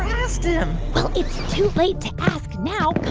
asked him well, it's too late to ask now.